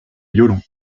violon